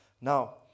Now